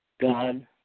God